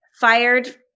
Fired